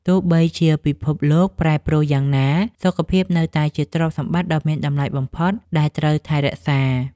ទោះបីជាពិភពលោកប្រែប្រួលយ៉ាងណា សុខភាពនៅតែជាទ្រព្យសម្បត្តិដ៏មានតម្លៃបំផុតដែលត្រូវថែរក្សា។